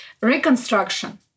Reconstruction